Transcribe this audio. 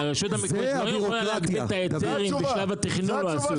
הרשות המקומית לא יכולה להגביל את ההיתר אם בשלב התכנון לא עשו את זה.